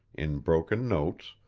in broken notes,